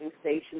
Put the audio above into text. stations